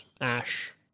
Ash